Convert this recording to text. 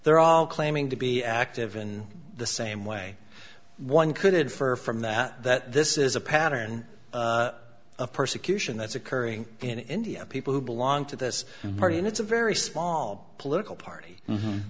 they're all claiming to be active in the same way one could infer from that that this is a pattern of persecution that's occurring in india people who belong to this party and it's a very small political party